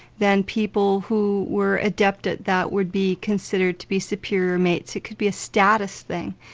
then people who were adept at that would be considered to be superior mates. it could be a status thing.